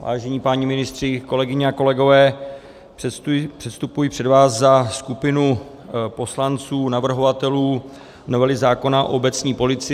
Vážení páni ministři, kolegyně a kolegové, předstupuji před vás za skupinu poslanců, navrhovatelů novely zákona o obecní policii.